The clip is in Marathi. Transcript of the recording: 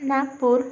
नागपूर